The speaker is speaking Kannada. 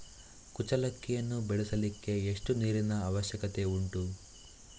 ಕುಚ್ಚಲಕ್ಕಿಯನ್ನು ಬೆಳೆಸಲಿಕ್ಕೆ ಎಷ್ಟು ನೀರಿನ ಅವಶ್ಯಕತೆ ಉಂಟು?